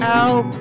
out